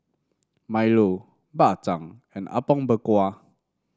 milo Bak Chang and Apom Berkuah